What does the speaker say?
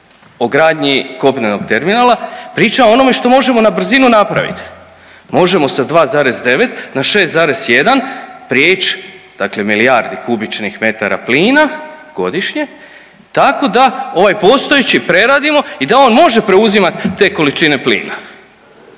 gradnji kopnenog terminala, pričamo o onome što možemo na brzinu napravit, možemo sa 2,9 na 6,1 prijeć dakle milijardi kubičnih metara plina godišnje tako da ovaj postojeći preradimo i da on može preuzimat te količine plina.